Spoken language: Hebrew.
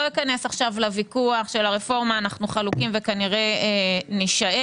לא אכנס לוויכוח של הרפורמה אנו חלוקים וכנראה נישאר.